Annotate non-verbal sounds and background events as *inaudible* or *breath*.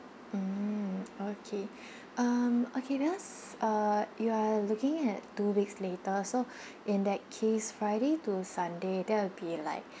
mm okay *breath* um okay because uh you are looking at two weeks later so *breath* in that case friday to sunday there will be like